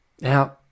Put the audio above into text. Now